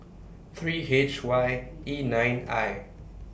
three H Y E nine I